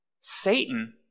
Satan